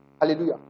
Hallelujah